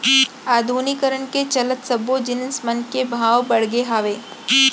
आधुनिकीकरन के चलत सब्बो जिनिस मन के भाव बड़गे हावय